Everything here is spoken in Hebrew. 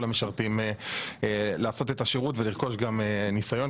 למשרתים לעשות את השירות ולרכוש גם ניסיון,